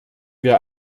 wir